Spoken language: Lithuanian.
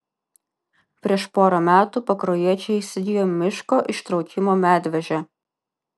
prieš pora metų pakruojiečiai įsigijo miško ištraukimo medvežę